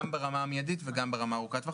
גם ברמה המיידית וגם ברמה ארוכת הטווח,